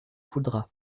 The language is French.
voudra